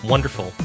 Wonderful